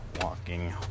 walking